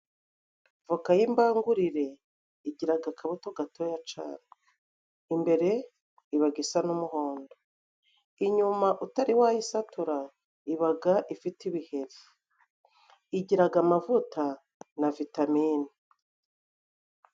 Voka y'imbangurire igiraga akabuto gatoya cane. Imbere ibaga isa n'umuhondo. Inyuma utari wayisatura ibaga ifite ibiheri. Igiraga amavuta na vitamine.